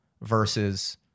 versus